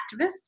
activists